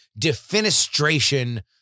defenestration